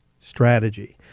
strategy